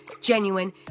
genuine